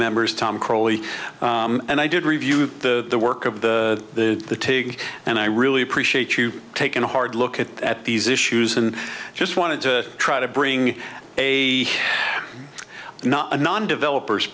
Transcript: members tom curley and i did review the work of the big and i really appreciate you taking a hard look at these issues and i just wanted to try to bring a not a non developers